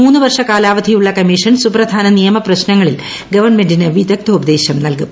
മൂന്നു വർഷ കാലാവധിയുള്ള ് കമ്മിഷൻ സുപ്രധാന നിയമ പ്രശ്നങ്ങളിൽ ഗവൺമെന്റിന് വിദഗ്ദോപദേശം നൽകും